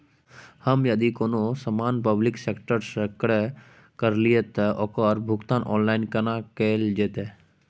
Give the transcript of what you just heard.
हम यदि कोनो सामान पब्लिक सेक्टर सं क्रय करलिए त ओकर भुगतान ऑनलाइन केना कैल जेतै?